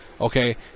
okay